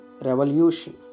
Revolution